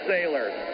Sailors